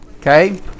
okay